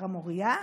הר המוריה.